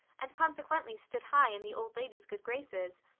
and consequently stood high in the old lady's good graces.